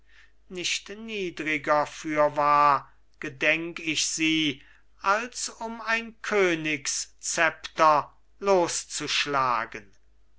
nicht niedriger fürwahr gedenk ich sie als um ein königsszepter loszuschlagen